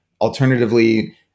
Alternatively